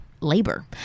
labor